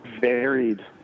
varied